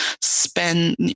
spend